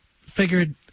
figured